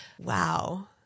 wow